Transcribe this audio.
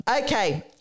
Okay